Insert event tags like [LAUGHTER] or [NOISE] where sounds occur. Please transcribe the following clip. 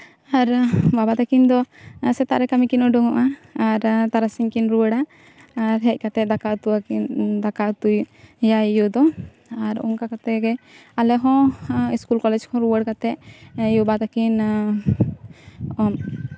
ᱟᱨ ᱵᱟᱵᱟ ᱛᱟᱹᱠᱤᱱ ᱫᱚ ᱥᱮᱛᱟᱜ ᱨᱮ ᱠᱟᱹᱢᱤ ᱠᱤᱱ ᱩᱰᱩᱠᱚᱜᱼᱟ ᱟᱨ ᱛᱟᱨᱟᱥᱤᱧ ᱠᱤᱱ ᱨᱩᱣᱟᱹᱲᱟ ᱟᱨ ᱦᱮᱡ ᱠᱟᱛᱮ ᱫᱟᱠᱟ ᱩᱛᱩ ᱟᱹᱠᱤᱱ ᱫᱟᱠᱟ ᱩᱛᱩᱭᱟᱭ ᱭᱳ ᱫᱚ ᱟᱨ ᱚᱱᱠᱟ ᱠᱟᱛᱮ ᱜᱮ ᱟᱞᱮ ᱦᱚᱸ ᱤᱥᱠᱩᱞ ᱠᱚᱞᱮᱡᱽ ᱠᱷᱚᱱ ᱨᱩᱣᱟᱹᱲ ᱠᱟᱛᱮ ᱭᱩᱼᱵᱟᱵᱟ ᱛᱟᱹᱠᱤᱱ [UNINTELLIGIBLE]